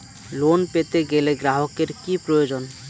Loan পেতে গেলে গ্রাহকের কি প্রয়োজন?